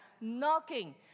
knocking